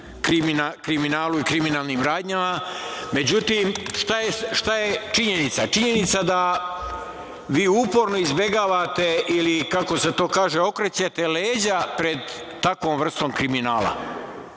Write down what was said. kriminalu i kriminalnim radnjama. Međutim, šta je činjenica? Činjenica je da vi uporno izbegavate ili okrećete leđa pred takvom vrstom kriminala.